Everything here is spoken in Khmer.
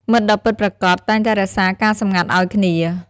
មិត្តដ៏ពិតប្រាកដតែងតែរក្សាការសម្ងាត់ឱ្យគ្នា។